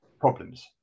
problems